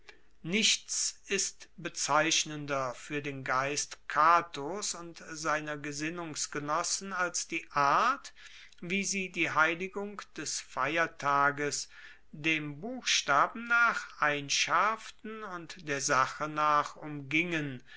nichts ist bezeichnender fuer den geist catos und seiner gesinnungsgenossen als die art wie sie die heiligung des feiertags dem buchstaben nach einschaerften und der sache nach umgingen